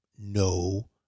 No